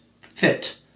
fit